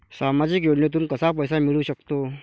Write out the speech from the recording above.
सामाजिक योजनेतून कसा पैसा मिळू सकतो?